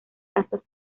casas